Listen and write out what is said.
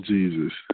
Jesus